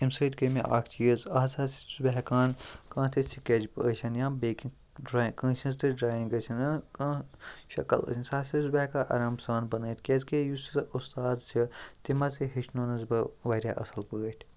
امہِ سۭتۍ گٔے مے اَکھ چیٖز آز ہَسا چھُس بہٕ ہیکان کانٛہہ تہِ سِکیچ ٲسِنۍ یا بیٚیہِ کینٛہہ ڈر کٲنٛسہِ ہٕنٛز تہِ ڈرٛایِنٛگ ٲسِنۍ ہہ کانٛہہ شَکل ٲسِنۍ سُہ ہسا چھُس بہٕ ہیٚکان آرام سان بَنٲیِتھ کیٛازِکہِ یُس ہسا اُستاد چھِ تِم ہَسا ہیٚچھنونَس بہٕ واریاہ اَصٕل پٲٹھۍ